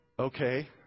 Okay